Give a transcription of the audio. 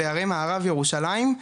בהרי מערב ירושלים,